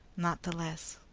not the less,